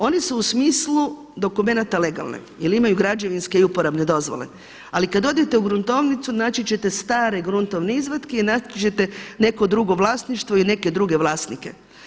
Oni su u smislu dokumenata legalne jer imaju građevinske i uporabne dozvole, ali kada odete u gruntovnicu naći ćete stare gruntovne izvatke i naći ćete neko drugo vlasništvo i neke druge vlasnike.